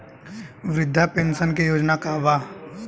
वृद्ध पेंशन योजना का बा?